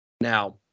Now